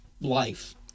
life